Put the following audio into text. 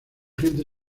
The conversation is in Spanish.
gente